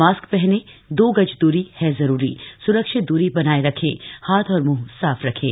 mask पहने दो गज दूरीए है जरूरी स्रक्षित दूरी बनाए रखें हाथ और मुंह साफ रखें